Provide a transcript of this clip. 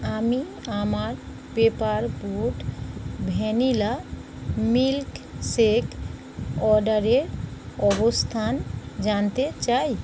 আমি আমার Paper Boat vanilla milk shake অর্ডারের অবস্থান জানতে চাই